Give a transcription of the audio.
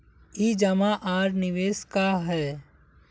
ई जमा आर निवेश का है?